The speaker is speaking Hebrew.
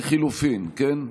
כולל לחלופין, כן?